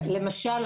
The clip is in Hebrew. למשל,